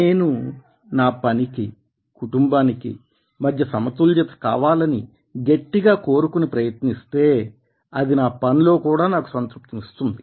నేను నా పనికి కుటుంబానికి మధ్య సమతుల్యత కావాలని గట్టిగా కోరుకుని ప్రయత్నిస్తే అది నా పనిలో కూడా నాకు సంతృప్తినిస్తుంది